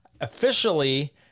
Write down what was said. officially